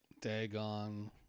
Dagon